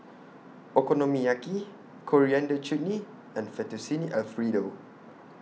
Okonomiyaki Coriander Chutney and Fettuccine Alfredo